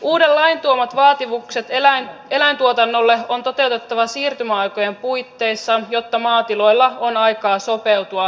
uuden lain tuomat vaatimukset eläintuotannolle on toteutettava siirtymäaikojen puitteissa jotta maatiloilla on aikaa sopeutua normeihin